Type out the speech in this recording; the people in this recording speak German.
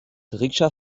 rikscha